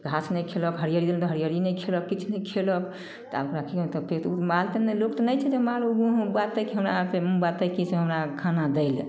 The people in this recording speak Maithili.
घास नहि खेलक हरियरी देलहुँ तऽ हरियरी नहि खेलक किछु नहि खेलक तऽ आब हमरा किछु नहि फेर माल तऽ नहि लोक तऽ नहि छै बाजतय हमरासँ बाजतय कि से हमरा खाना दै लए